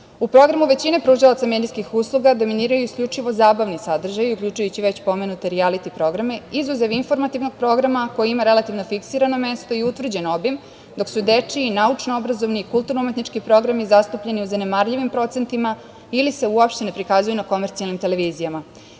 pogromu većine pružalaca medijskih usluga dominiraju isključivo zabavni sadržaji, uključujući i već pomenute rijalite programe izuzev informativnog programa koji ima relativno fiksirano mesto i utvrđen obim, dok su dečiji, naučno-obrazovani, kulturno-umetnički programi zastupljeni u zanemarljivim procentima ili se uopšte ne prikazuju na komercijalnim televizijama. Sve